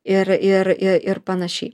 ir ir i ir panašiai